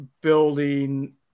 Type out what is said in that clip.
building